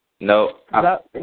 No